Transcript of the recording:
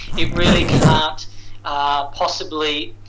it really can't possibly